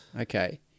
Okay